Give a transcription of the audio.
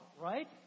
right